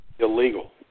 Illegal